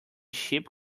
ship